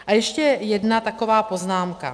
A ještě jedna taková poznámka.